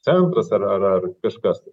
centras ar ar kažkas tai